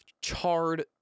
charred